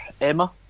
Emma